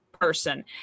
person